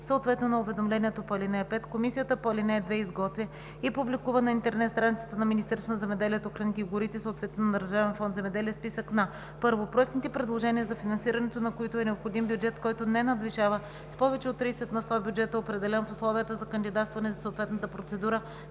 съответно на уведомлението по ал. 5, комисията по ал. 2 изготвя и публикува на интернет страницата на Министерството на земеделието, храните и горите, съответно на Държавен фонд „Земеделие“ списък на: 1. проектните предложения, за финансирането на които е необходим бюджет, който не надвишава с повече от 30 на сто бюджета, определен в условията за кандидатстване за съответната процедура,